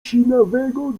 sinawego